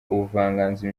ubuvanganzo